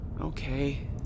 Okay